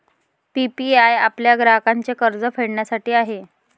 PPI आपल्या ग्राहकांचे कर्ज फेडण्यासाठी आहे